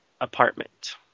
apartment